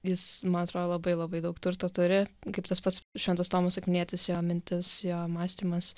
jis man atrodo labai labai daug turto turi kaip tas pats šventas tomas akvinietis jo mintis jo mąstymas